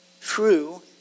true